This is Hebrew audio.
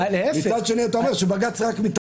--- מצד שני אתה אומר שבג"ץ מתערב